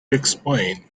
explain